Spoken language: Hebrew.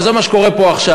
וזה מה שקורה פה עכשיו.